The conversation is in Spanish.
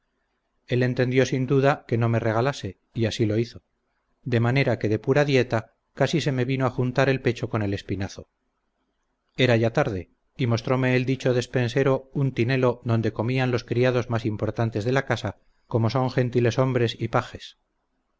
él entendió sin duda que no me regalase y así lo hizo de manera que de pura dicta casi se me vino a juntar el pecho con el espinazo era ya tarde y mostróme el dicho despensero un tinelo donde comían los criados más importantes de la casa como son gentiles hombres y pajes